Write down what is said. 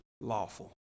lawful